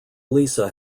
lisa